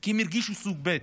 כי הם הרגישו סוג ב'.